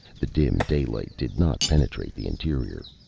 the dim daylight did not penetrate the interior.